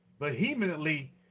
vehemently